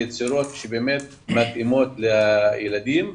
יצירות שבאמת מתאימות לילדים.